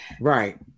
Right